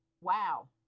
wow